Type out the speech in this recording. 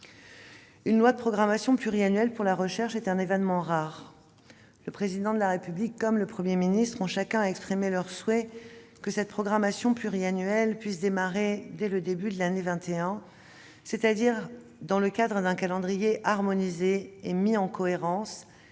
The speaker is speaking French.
Une loi de programmation pluriannuelle pour la recherche est un événement rare. Le Président de la République comme le Premier ministre ont exprimé le souhait que cette programmation pluriannuelle puisse débuter dès le début de l'année 2021, c'est-à-dire dans le cadre d'un calendrier harmonisé et mis en cohérence